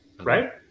Right